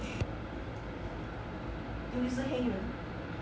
尤其是黑人